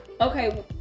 okay